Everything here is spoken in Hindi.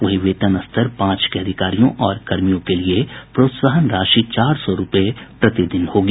वहीं वेतन स्तर पांच के अधिकारियों और कर्मियों के लिए प्रोत्साहन राशि चार सौ रूपये प्रतिदिन होगी